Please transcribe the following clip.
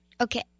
Okay